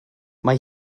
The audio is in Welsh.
mae